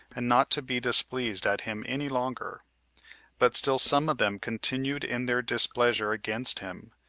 and not to be displeased at him any longer but still some of them continued in their displeasure against him,